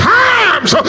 times